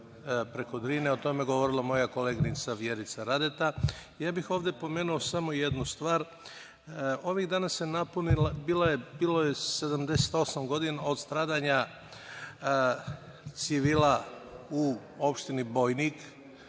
preko Drine i o tome je govorila moja koleginica Vjerica Radeta. Ovde bih pomenuo samo jednu stvar. Ovih dana je bilo 78 godina od stradanja civila u opštini Bojnik